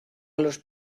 los